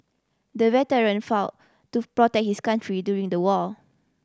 the veteran fought to protect his country during the war